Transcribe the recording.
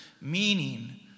meaning